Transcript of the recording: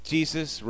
Jesus